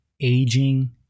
aging